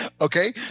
Okay